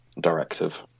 directive